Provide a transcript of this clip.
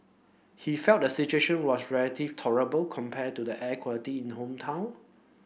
he felt the situation was relatively tolerable compared to the air quality in hometown